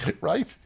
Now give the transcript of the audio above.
Right